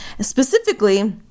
Specifically